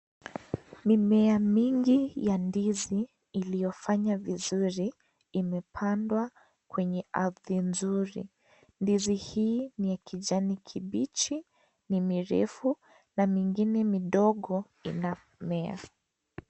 Mimea mingi ya ndizi iliyofanya vizuri imepandwa kwenye ardhi nzuri . Ndizi hii ni ya kijani kibichi ni mirefu na mingine midogo inamea.